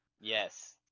Yes